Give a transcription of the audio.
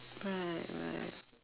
right right